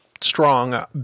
strong